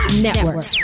Network